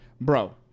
bro